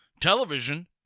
television